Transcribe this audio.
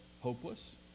hopeless